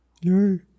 Yay